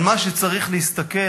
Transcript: על מה שצריך להסתכל,